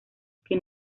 que